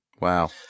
Wow